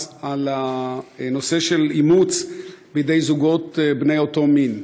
על הנושא של אימוץ בידי זוגות בני אותו המין.